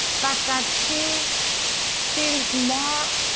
but that she feels more